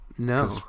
No